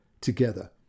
together